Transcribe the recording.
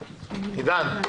עידן,